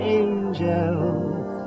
angels